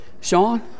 Sean